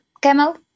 Camel